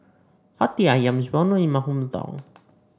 Hati ayam is well known in my hometown